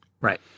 Right